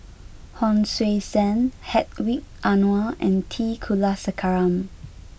Hon Sui Sen Hedwig Anuar and T Kulasekaram